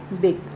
big